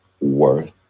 worth